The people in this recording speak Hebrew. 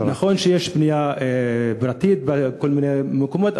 נכון שיש בנייה פרטית בכל מיני מקומות,